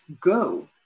go